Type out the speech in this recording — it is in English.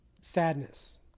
sadness